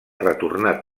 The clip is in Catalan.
retornar